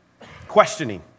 questioning